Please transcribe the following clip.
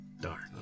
Darn